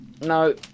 no